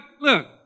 look